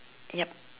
yup